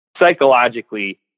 psychologically